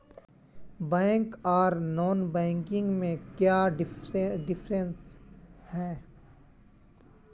Bank आर non banking में क्याँ डिफरेंस है?